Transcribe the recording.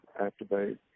activate